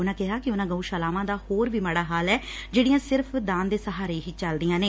ਉਨਾਂ ਕਿਹਾ ਕਿ ਉਨਾਂ ਗਉਸ਼ਾਲਾਵਾਂ ਦਾ ਹੋਰ ਵੀ ਮਾੜਾ ਹਾਲ ਐ ਜਿਹੜੀਆਂ ਸਿਰਫ਼ ਦਾਨ ਦੇ ਸਹਾਰੇ ਹੀ ਚੱਲਦੀਆਂ ਨੇ